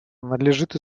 надлежит